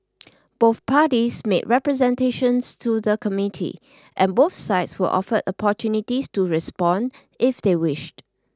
both parties made representations to the Committee and both sides were offered opportunities to respond if they wished